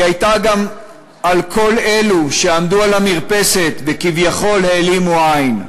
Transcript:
הן היו גם על כל אלו שעמדו על המרפסת וכביכול העלימו עין.